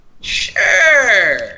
Sure